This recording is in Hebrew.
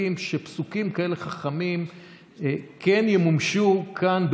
שפסוקים כאלה חכמים כן ימומשו כאן,